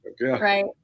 right